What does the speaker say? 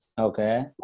Okay